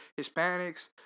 Hispanics